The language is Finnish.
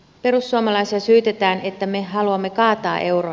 perussuomalaisia syytetään että me haluamme kaataa euron